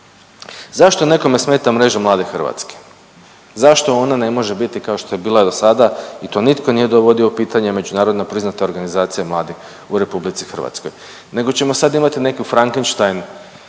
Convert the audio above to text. Zašto nekome smeta Mreža mladih Hrvatske? Zašto ona ne može biti kao što je bila do sada i to nitko nije dovodio u pitanje, međunarodno priznata organizacija mladih u Republici Hrvatskoj, nego ćemo sad imati neku Frankenstein